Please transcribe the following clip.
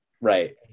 right